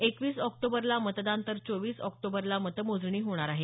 एकवीस ऑक्टोबरला मतदान तर चोवीस ऑक्टोबर मतमोजणी होणार आहे